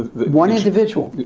one individual.